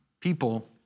people